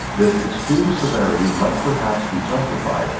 this extreme severity might perhaps be justified,